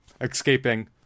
escaping